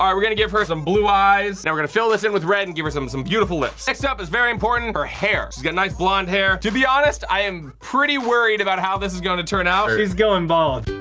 we're gonna give her some blue eyes. now we're gonna fill this in with red, and give her some some beautiful lips. next up is very important, her hair. she's got nice blond hair. hair. to be honest, i am pretty worried about how this is gonna turn out. she's goin' bald.